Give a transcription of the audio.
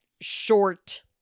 short